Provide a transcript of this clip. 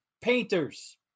Painters